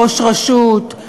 ראש רשות,